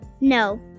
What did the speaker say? No